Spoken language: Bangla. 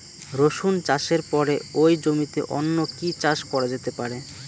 রসুন চাষের পরে ওই জমিতে অন্য কি চাষ করা যেতে পারে?